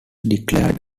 declared